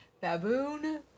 Baboon